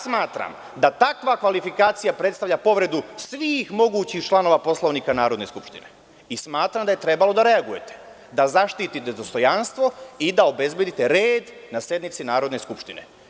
Smatram da takva kvalifikacija predstavlja povredu svih mogućih članova Poslovnika Narodne skupštine i smatram da je trebalo da reagujete, da zaštitite dostojanstvo i da obezbedite red na sednici Narodne skupštine.